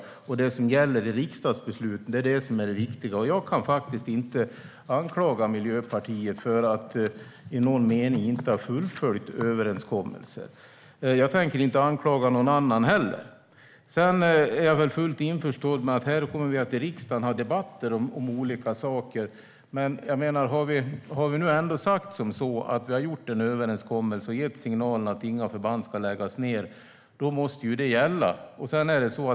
Det är det som gäller i riksdagsbeslutet, och det är det som är det viktiga. Jag kan inte anklaga Miljöpartiet för att i någon mening inte ha fullföljt överenskommelser, och jag tänker inte anklaga någon annan heller. Jag är fullt införstådd med att vi här i riksdagen kommer att ha debatter om olika saker. Men om vi nu ändå har sagt att vi har gjort en överenskommelse och gett signalen att inga förband ska läggas ned måste detta gälla.